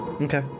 Okay